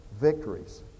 victories